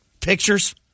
pictures